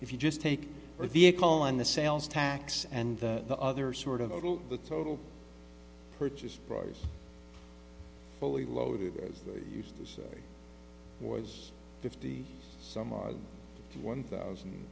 if you just take or vehicle on the sales tax and the other sort of the total purchase price fully loaded as they used to say was fifty some odd one thousand